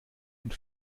und